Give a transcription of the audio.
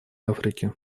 африке